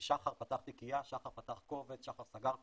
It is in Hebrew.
שחר פתח תיקייה, שחר פתח קובץ, שחר סגר קובץ,